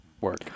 Work